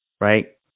right